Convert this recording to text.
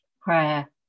prayer